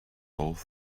both